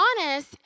honest